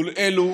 מול אלו